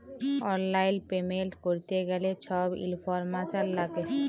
অললাইল পেমেল্ট ক্যরতে গ্যালে ছব ইলফরম্যাসল ল্যাগে